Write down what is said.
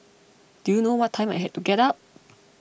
do you know what time I had to get up